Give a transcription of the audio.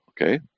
Okay